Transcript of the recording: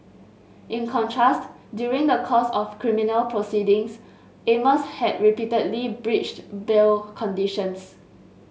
in contrast during the course of criminal proceedings Amos had repeatedly breached bail conditions